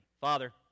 Father